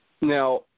Now